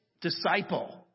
Disciple